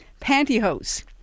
pantyhose